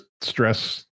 stress